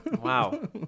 Wow